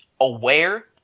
aware